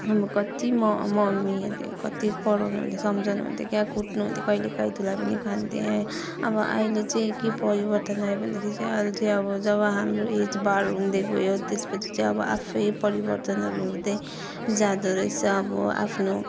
कति म मम्मीहरूले कत्ति कराउनु हुन्थ्यो सम्झाउनु हुन्थ्यो क्या कुट्नु हुन्थ्यो कहिले काहीँ धुलाई पनि खान्थेँ अब अहिले चाहिँ के परिवर्तन आयो भन्दाखेरि चाहिँ अहिले चाहिँ अब जब हाम्रो एज बार हुँदै गयो त्यसपछि चाहिँ अब आफै परिवर्तनहरू हुँदै जाँदो रहेछ अब आफ्नो